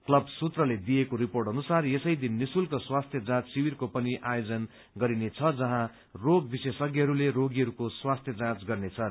club सूत्रले दिएको report अनुसार यसै दिन निशुल्क स्वास्थ्य जाँच शिविरको पनि आयोजन गरिने छ जहाँ रोग विशेषज्ञहरूले रोगीहरूको स्वास्थ्य जाँच गर्नेछन्